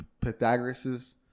Pythagoras's